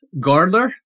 Gardler